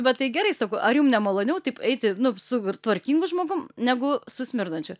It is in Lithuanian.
bet tai gerai sakau ar jum nemaloniau taip eiti nu su tvarkingu žmogum negu su smirdančiu